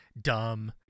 dumb